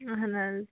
اَہَن حظ